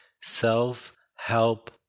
self-help